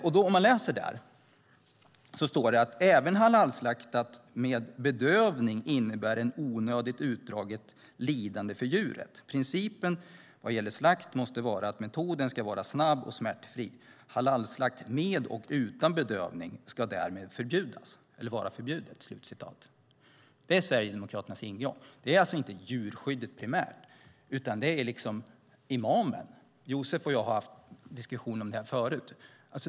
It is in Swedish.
Där kan man läsa: "Även halalslakt med bedövning innebär ett onödigt utdraget lidande för djuret. Principen vad gäller slakt måste vara att metoden ska vara så väl snabb som smärtfri. Halalslakt med och utan bedövning ska därmed vara förbjudet." Det är Sverigedemokraternas ingång. Det handlar alltså inte primärt om djurskyddet, utan det handlar om imamer. Josef och jag har haft en diskussion om detta förut.